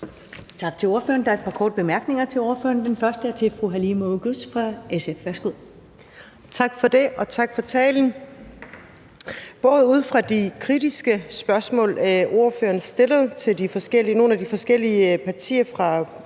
Tak til ordføreren. Der er et par korte bemærkninger til ordføreren. Den første er til fru Halime Oguz fra SF. Værsgo. Kl. 21:44 Halime Oguz (SF): Tak for det, og tak for talen. Både ud fra de kritiske spørgsmål, ordføreren stillede til nogle af de forskellige partier på